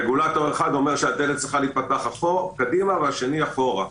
רגולטור אחד אומר שהדלת צריכה להיפתח קדימה והשני אחורה.